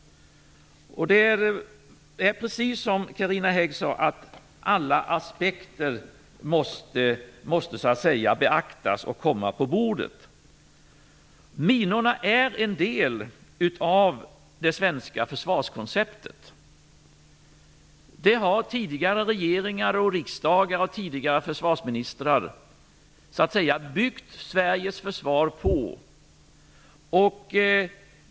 Precis som Carina Hägg sade, måste alla aspekter beaktas och komma på bordet. Minorna är en del av det svenska försvarskonceptet. Det har tidigare regeringar, riksdagar och försvarsministrar byggt Sveriges försvar på.